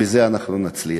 בזה אנחנו נצליח.